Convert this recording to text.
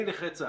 אני נכה צה"ל.